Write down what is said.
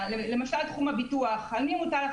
למשל תחום הביטוח, על מי הוא מוטל?